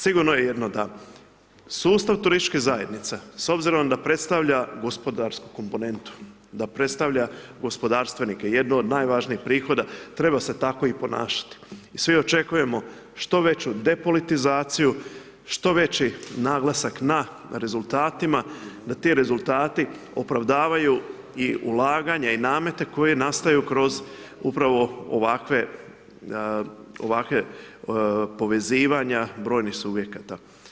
Sigurno je jedno, da sustav turističke zajednice, s obzirom da predstavlja gospodarsku komponentu, da predstavlja gospodarstvenike, jednu od najvažnijih prihoda, treba se tako i ponašati i svi očekujemo što veću depolitizaciju, što veći naglasak na rezultatima, da ti rezultati opravdavaju i ulaganje i namete koji nastaju kroz upravo ovakve povezivanja brojnih subjekata.